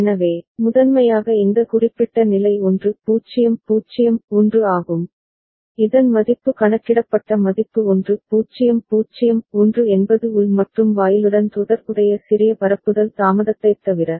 எனவே முதன்மையாக இந்த குறிப்பிட்ட நிலை 1 0 0 1 ஆகும் இதன் மதிப்பு கணக்கிடப்பட்ட மதிப்பு 1 0 0 1 என்பது உள் மற்றும் வாயிலுடன் தொடர்புடைய சிறிய பரப்புதல் தாமதத்தைத் தவிர